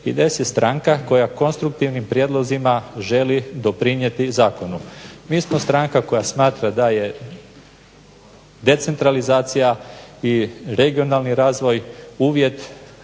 IDS je stranka koja konstruktivnim prijedlozima želi doprinijeti zakonu. Mi smo stranka koja smatra da je decentralizacija i regionalni razvoj uvjet